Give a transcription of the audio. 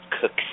cooks